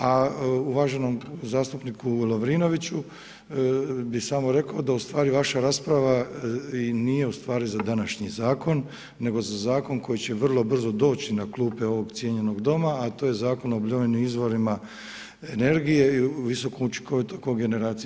A uvaženom zastupniku Lovrinoviću, bi samo rekao da ustvari vaša rasprava i nije ustvari za današnji zakon, nego za zakon koji će vrlo brzo doći na klupe ovog cijenjenog Doma, a to je Zakon o obnovljenim izvorima energije i visoku učinkovitu kogeneraciju.